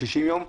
60 יום,